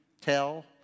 tell